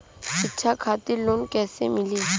शिक्षा खातिर लोन कैसे मिली?